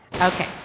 Okay